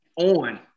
on